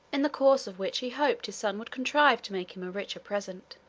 in the course of which he hoped his son would contrive to make him a richer present.